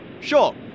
Sure